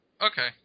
Okay